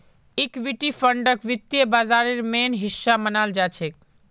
equity फंडक वित्त बाजारेर मेन हिस्सा मनाल जाछेक